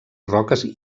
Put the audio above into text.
roques